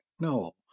no